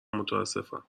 متاسفم